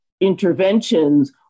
interventions